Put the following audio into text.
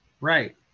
Right